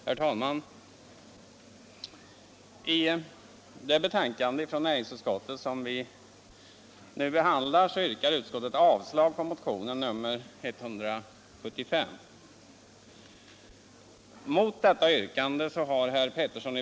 Herr talman! I det betänkande från näringsutskottet som vi nu behandlar yrkar utskottet avslag på motionen 1975/76:175.